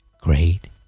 Great